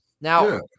Now